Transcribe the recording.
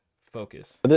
focus